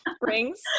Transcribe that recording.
rings